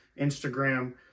instagram